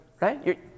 Right